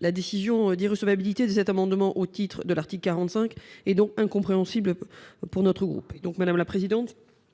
La décision d'irrecevabilité de notre amendement, au titre de l'article 45 de la Constitution, est donc incompréhensible pour notre groupe. Je vous demande